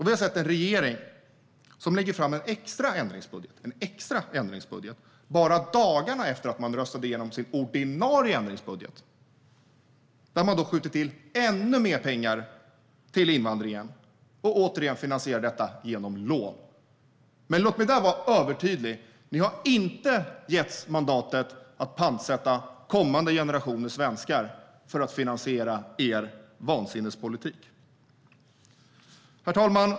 Vi har sett en regering som bara dagarna efter att man röstade igenom sin ordinarie ändringsbudget lägger fram en extra ändringsbudget där man skjuter till ännu mer pengar till invandringen och återigen finansierar detta genom lån. Men låt mig vara övertydlig: Ni har inte getts mandatet att pantsätta kommande generationer svenskar för att finansiera er vansinnespolitik! Herr talman!